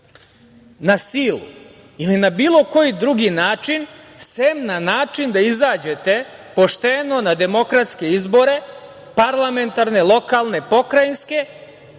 na silu i na bilo koji drugi način, sem na način da izađete pošteno na demokratske izbore, parlamentarne, lokalne, pokrajinske